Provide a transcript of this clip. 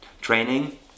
training